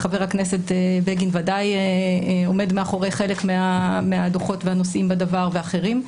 חבר הכנסת בגין בוודאי עומד מאחורי חלק מהדוחות והנושאים בדבר ואחרים,